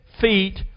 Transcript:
feet